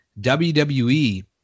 WWE